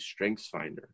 StrengthsFinder